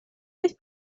oedd